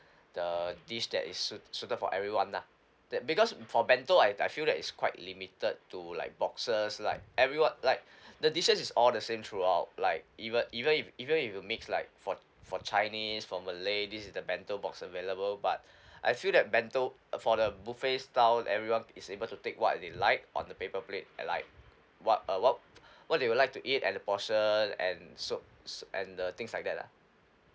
the dish that is suit suited for everyone lah that because for bento I I feel that it's quite limited to like boxes like everyone like the dishes is all the same throughout like even even if even if you mix like for for chinese for malay this is the bento box available but I feel that bento uh for the buffet style everyone is able to take what they like on the paper plate and like what uh what what they would like to eat and the portion and so so and the things like that lah